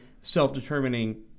self-determining